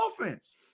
offense